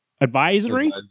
advisory